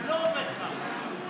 זה לא עובד ככה.